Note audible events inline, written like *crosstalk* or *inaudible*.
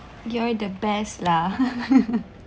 you are the best lah *laughs*